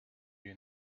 you